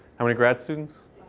how many grad students?